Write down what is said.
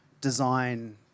design